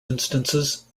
instances